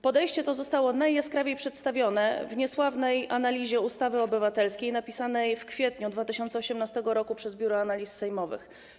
Podejście to zostało najjaskrawiej przedstawione w niesławnej analizie ustawy obywatelskiej napisanej w kwietniu 2018 r. przez Biuro Analiz Sejmowych.